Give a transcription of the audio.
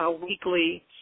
weekly –